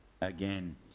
again